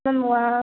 ma'am